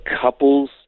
couples